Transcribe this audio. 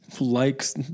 likes